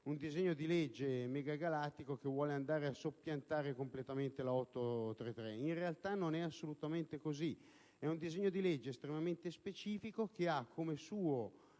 un disegno di legge megagalattico che vuole andare a soppiantare completamente la legge n. 833. In realtà, non è assolutamente così. È un disegno di legge estremamente specifico, che ha come punto